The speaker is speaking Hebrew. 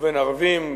ובין ערבים.